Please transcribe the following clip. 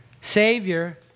Savior